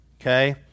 Okay